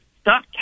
Stop